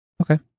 Okay